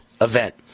event